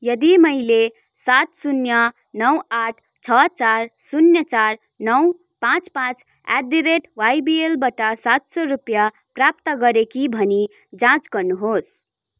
यदि मैले सात शून्य नौ आठ छ चार शून्य चार नौ पाँच पाँच एट दि रेट वाईबिएलबाट सात सौ रुपियाँ प्राप्त गरेकी भनी जाँच गर्नुहोस्